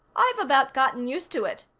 i've about gotten used to it,